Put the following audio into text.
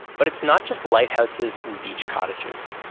but it's not just lighthouses and beach cottages,